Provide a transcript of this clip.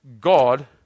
God